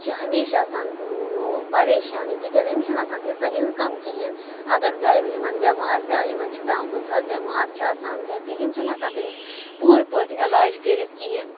یہِ چھِ ہمیشہٕ آسان پریشانٕے تِکیٛازِ أمِس چھَنہٕ آسان تیٖژاہ اِنکَم کِہیٖنۍ اگر گَرِ یِمَن بٮ۪مار تہِ آ یِمَن چھِ پٮ۪وان کُنہِ ساتہٕ بٮ۪مار چھ آسان گَرِ کانٛہہ یِم چھِنہٕ ہٮ۪کان تٔمِس پوٗرٕ پٲٹھۍ علاج کٔرِتھ کِہیٖنۍ